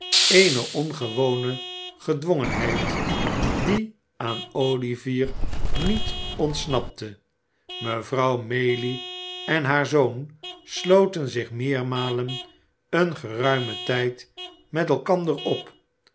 eene ongewone gedwongenheid die aan olivier niet ontsnapte mevrouw mayüe en haar zoon sloten zich meermalen een geruimen tijd met elkander op